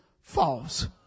false